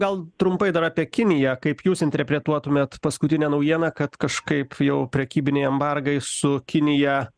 gal trumpai dar apie kiniją kaip jūs interpretuotumėt paskutinę naujieną kad kažkaip jau prekybiniai embargai su kinija